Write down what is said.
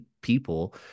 people